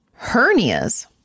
Hernias